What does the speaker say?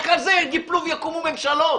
רק על זה ייפלו ויקומו ממשלות,